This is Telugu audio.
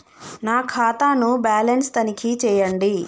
నా ఖాతా ను బ్యాలన్స్ తనిఖీ చేయండి?